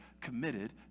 committed